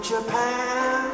Japan